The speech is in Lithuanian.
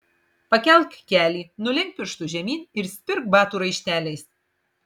pakelk kelį nulenk pirštus žemyn ir spirk batų raišteliais